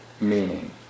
meaning